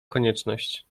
konieczność